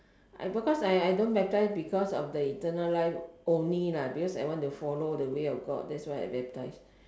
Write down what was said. I because I I don't baptise because of the eternal life only lah because I want to follow the way of god that's why I baptise